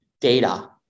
data